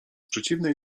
przeciwnej